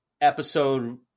episode